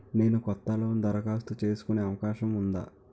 నేను కొత్త లోన్ దరఖాస్తు చేసుకునే అవకాశం ఉందా?